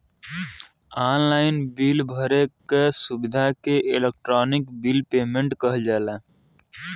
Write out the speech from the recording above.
online bill भरे क सुविधा के इलेक्ट्रानिक बिल पेमेन्ट कहल जाला